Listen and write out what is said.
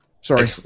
Sorry